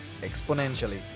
exponentially